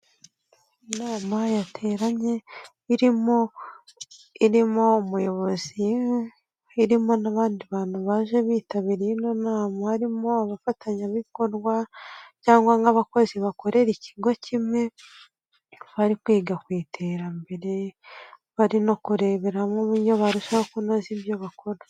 Inama yateranye irimo irimo umuyobozi, irimo n'abandi bantu baje bitabiriye ino nama, harimo abafatanyabikorwa, cyangwa nk'abakozi bakorera ikigo kimwe, bari kwiga ku iterambere, bari no kurebera hamwe uburyo barushaho kunoza ibyo bakora.